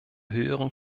höheren